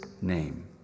name